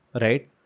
right